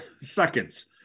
seconds